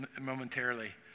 momentarily